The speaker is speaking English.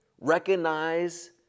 recognize